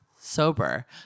Sober